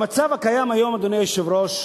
במצב הקיים היום, אדוני היושב-ראש,